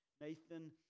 Nathan